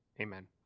Amen